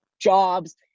jobs